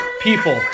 people